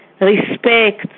respect